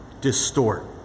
distort